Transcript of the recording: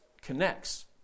connects